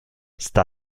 sta